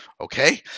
okay